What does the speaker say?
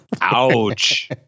ouch